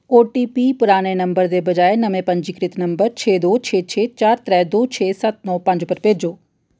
OTP पुराने नंबर दे बजाए नमें पंजीकृत नंबर छे दो छे छे चार त्रै दो छे सत्त नौ पंज पर भेजो